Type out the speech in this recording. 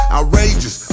Outrageous